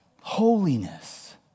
Holiness